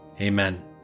Amen